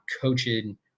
coaching